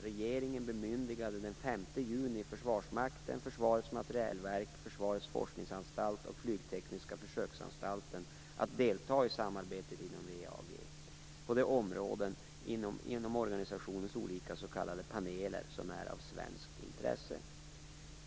Regeringen bemyndigade den 5 juni Försvarsmakten, Försvarets materielverk, Försvarets forskningsanstalt och Flygtekniska försöksanstalten att delta i samarbetet inom WEAG på de områden inom organisationens olika s.k. paneler som är av svenskt intresse.